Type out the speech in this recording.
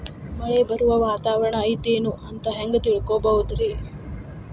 ಮಳೆ ಬರುವ ವಾತಾವರಣ ಐತೇನು ಅಂತ ಹೆಂಗ್ ತಿಳುಕೊಳ್ಳೋದು ರಿ?